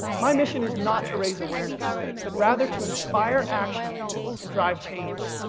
my mission is not to raise awareness but rather to inspire action and drive change.